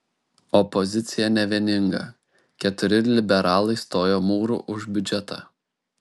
opozicija nevieninga keturi liberalai stojo mūru už biudžetą